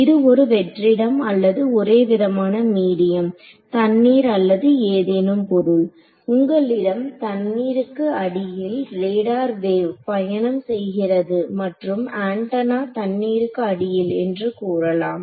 இது ஒரு வெற்றிடம் அல்லது ஒரே விதமான மீடியம் தண்ணீர் அல்லது ஏதேனும் பொருள் உங்களிடம் தண்ணீருக்கு அடியில் ரேடார் வேவ் பயணம் செய்கிறது மற்றும் ஆண்டனா தண்ணீருக்கு அடியில் என்று கூறலாம்